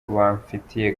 bamfitiye